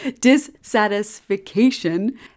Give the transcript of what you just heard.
Dissatisfaction